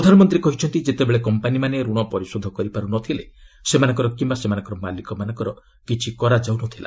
ପ୍ରଧାନମନ୍ତ୍ରୀ କହିଛନ୍ତି ଯେତେବେଳେ କମ୍ପାନୀମାନେ ରଣ ପରିଶୋଧ କରିପାରୁନଥିଲେ ସେମାନଙ୍କର କିୟା ସେମାନଙ୍କ ମାଲିକ ମାନଙ୍କର କିଛି କରାଯାଉନଥିଲା